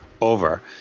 over